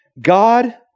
God